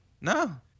No